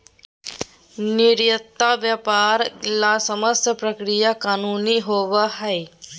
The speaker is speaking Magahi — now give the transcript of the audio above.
निर्यात व्यापार ले समस्त प्रक्रिया कानूनी होबो हइ